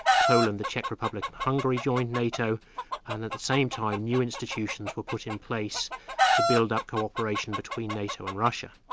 poland, the czech republic, and hungary joined nato and at the same time, new institutions were put in place to build up co-operation between nato and russia.